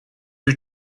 you